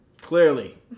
Clearly